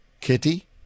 Kitty